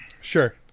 Sure